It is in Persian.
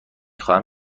خواهم